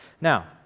Now